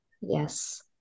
Yes